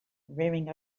rearing